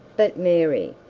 but mary,